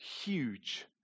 huge